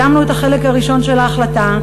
סיימנו את החלק הראשון של ההחלטה,